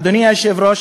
אדוני היושב-ראש,